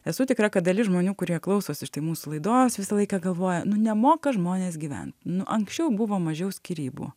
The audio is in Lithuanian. esu tikra kad dalis žmonių kurie klausosi štai mūsų laidos visą laiką galvoja nu nemoka žmonės gyvent nu anksčiau buvo mažiau skyrybų